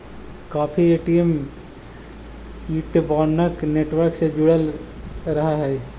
काफी ATM interbank network से जुड़ल रहऽ हई